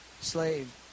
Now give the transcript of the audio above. slave